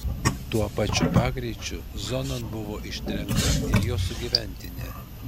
tuo pačiu pagreičiu zonon buvo ištrenkta ir jo sugyventinė